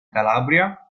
calabria